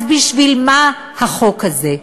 אז בשביל מה החוק הזה?